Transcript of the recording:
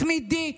תמידית,